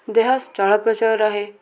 ଦେହ ଚଳପ୍ରଚଳ ରୁହେ